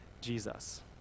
Jesus